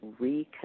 reconnect